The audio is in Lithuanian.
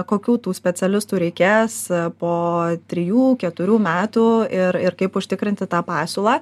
kokių tų specialistų reikės po trijų keturių metų ir ir kaip užtikrinti tą pasiūlą